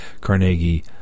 carnegie